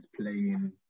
playing